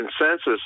consensus